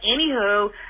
anywho